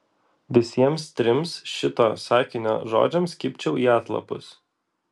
visiems trims šito sakinio žodžiams kibčiau į atlapus